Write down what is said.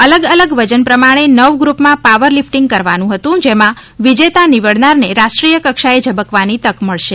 અલગ અગલ વજન પ્રમાણે નવ ગ્રુપમાં પાવર લિફટીંગ કરવાનું હતું જેમાં વિજેતા નિવડનારને રાષ્ટ્રીય કક્ષાએ ઝબકવાની તક મળશે